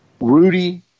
Rudy